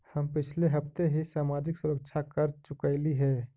हम पिछले हफ्ते ही सामाजिक सुरक्षा कर चुकइली हे